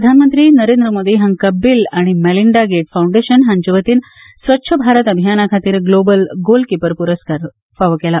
प्रधानमंत्री नरेंद्र मोदी हांकां बील आनी मेलींडा गेट फावंडेशन हांचे वतीन स्वच्छ भारत अभियाना खातीर ग्लोबल गोल किपर प्रस्कार दिला